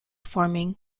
farming